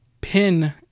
pin